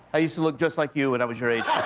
i used to look just like you when i was your age.